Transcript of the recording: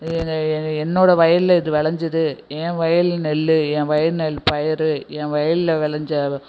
என்னோடய வயலில் இது விளைஞ்சிது என் வயலு நெல்லு என் வயல் நெல் பயறு என் வயலில் விளஞ்ச